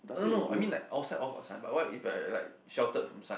I don't know I mean outside of what if like like like sheltered from sun